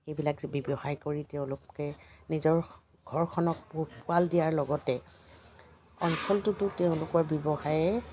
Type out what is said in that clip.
এইবিলাক যে ব্যৱসায় কৰি তেওঁলোকে নিজৰ ঘৰখনক পোহপাল দিয়াৰ লগতে অঞ্চলটোতো তেওঁলোকৰ ব্যৱসায়ে